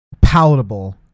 palatable